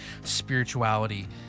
spirituality